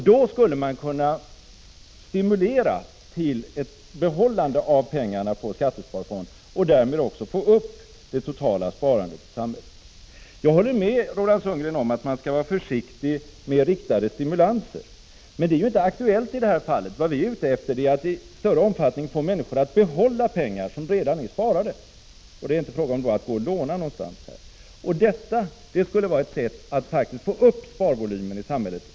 Då skulle man kunna stimulera till ett behållande av pengarna på skattesparfond och därmed också få upp det totala sparandet i samhället. Jag håller med Roland Sundgren om att man skall vara försiktig med riktade stimulanser, men det är ju inte aktuellt i det här fallet. Vad vi är ute efter är att vi vill att människor i större omfattning får behålla de pengar som redan är sparade. Det är inte fråga om att låna någonstans. Det skulle vara ett sätt att få upp sparvolymen i samhället.